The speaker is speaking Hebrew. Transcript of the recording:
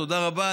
תודה רבה.